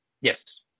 Yes